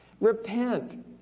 Repent